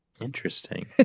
Interesting